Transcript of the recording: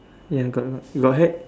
ya got a lot got hat